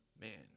Man